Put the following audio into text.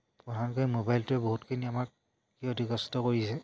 প্ৰধানকৈ মোবাইলটোৱে বহুতখিনি আমাক ক্ষতিগ্ৰস্ত কৰিছে